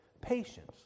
patience